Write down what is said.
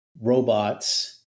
robots